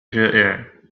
جائع